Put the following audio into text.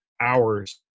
hours